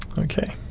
okay.